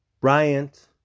Bryant